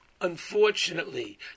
unfortunately